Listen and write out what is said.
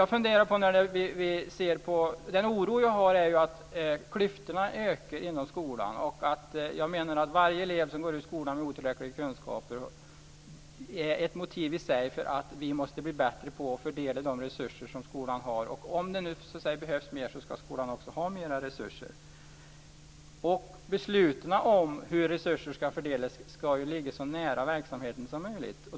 Jag är oroad över att klyftorna ökar inom skolan. Varje elev som går ut skolan med otillräckliga kunskaper är ett motiv i sig för att vi måste bli bättre på att fördela de resurser som skolan har. Om det behövs, så ska skolan också ha mer resurser. Besluten om hur resurserna ska fördelas ska ligga så nära verksamheten som möjligt.